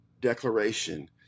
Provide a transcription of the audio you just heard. declaration